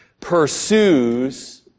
pursues